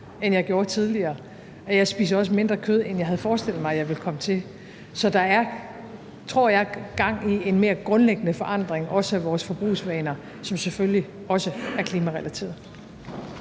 end jeg gjorde tidligere, og jeg spiser også mindre kød, end jeg havde forestillet mig jeg ville komme til. Så der er, tror jeg, gang i en mere grundlæggende forandring, også af vores forbrugsvaner, som selvfølgelig også er klimarelateret.